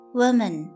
woman